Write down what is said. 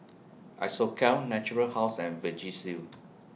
Isocal Natura House and Vagisil